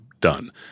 done